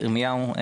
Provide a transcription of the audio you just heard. ירמיהו,